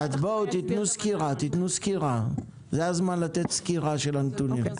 זה הזמן לתת סקירה של הנתונים.